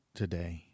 today